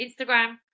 Instagram